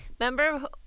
Remember